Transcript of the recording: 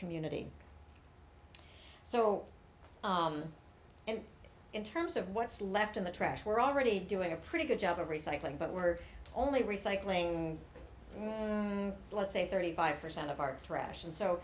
community so and in terms of what's left in the trash we're already doing a pretty good job of recycling but we're only recycling let's say thirty five percent of our trash and so